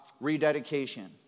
rededication